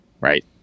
right